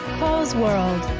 coles world.